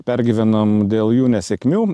pergyvenam dėl jų nesėkmių